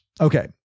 Okay